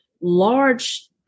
large